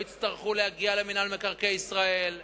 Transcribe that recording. לא יצטרכו להגיע למינהל מקרקעי ישראל,